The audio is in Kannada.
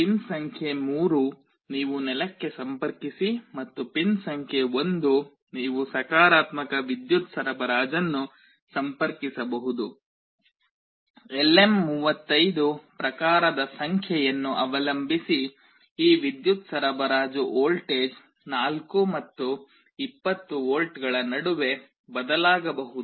ಪಿನ್ ಸಂಖ್ಯೆ 3 ನೀವು ನೆಲಕ್ಕೆ ಸಂಪರ್ಕಿಸಿ ಮತ್ತು ಪಿನ್ ಸಂಖ್ಯೆ 1 ನೀವು ಸಕಾರಾತ್ಮಕ ವಿದ್ಯುತ್ ಸರಬರಾಜನ್ನು ಸಂಪರ್ಕಿಸಬಹುದು LM35 ಪ್ರಕಾರದ ಸಂಖ್ಯೆಯನ್ನು ಅವಲಂಬಿಸಿ ಈ ವಿದ್ಯುತ್ ಸರಬರಾಜು ವೋಲ್ಟೇಜ್ 4 ಮತ್ತು 20 ವೋಲ್ಟ್ಗಳ ನಡುವೆ ಬದಲಾಗಬಹುದು